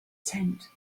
tent